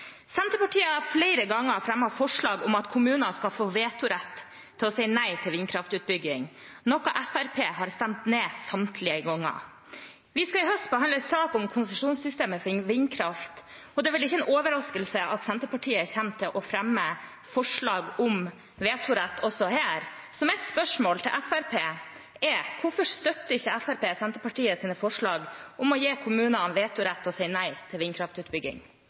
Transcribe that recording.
Senterpartiet har flere ganger fremmet forslag om at kommuner skal få vetorett med hensyn til å si nei til vindkraftutbygging, noe Fremskrittspartiet har stemt ned samtlige ganger. Vi skal i høst behandle sak om konsesjonssystemet for vindkraft, og det er vel ikke en overraskelse at Senterpartiet kommer til å fremme forslag om vetorett også her. Så mitt spørsmål til Fremskrittspartiet er: Hvorfor støtter ikke Fremskrittspartiet Senterpartiets forslag om å gi kommunene vetorett når det gjelder å si nei til vindkraftutbygging?